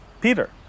Peter